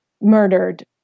murdered